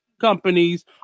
Companies